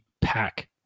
pack